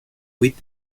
with